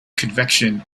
convection